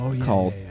called